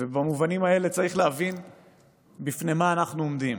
ובמובנים האלה צריך להבין בפני מה אנחנו עומדים.